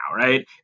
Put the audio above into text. right